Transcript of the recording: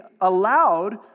allowed